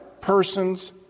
person's